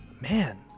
man